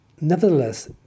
Nevertheless